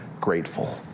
grateful